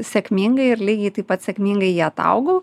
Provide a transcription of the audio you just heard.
sėkmingai ir lygiai taip pat sėkmingai jį ataugau